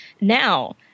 Now